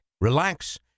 relax